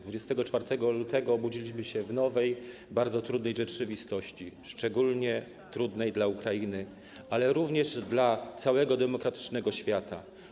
24 lutego obudziliśmy się w nowej, bardzo trudnej rzeczywistości, szczególnie dla Ukrainy, ale również dla całego demokratycznego świata.